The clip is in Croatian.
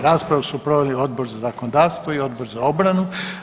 Raspravu su proveli Odbor za zakonodavstvo i Odbor za obranu.